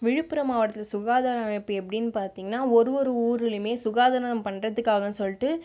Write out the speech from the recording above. விழுப்புரம் மாவட்டத்தில் சுகாதாரம் இப்போ எப்படின்னு பார்த்திங்ன்னா ஒரு ஒரு ஊருலையுமே சுகாதாரம் பண்ணுறதுக்காகன்னு சொல்லிட்டு